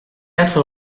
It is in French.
quatre